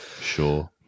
Sure